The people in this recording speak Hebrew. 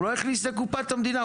הוא לא הכניס לקופת המדינה?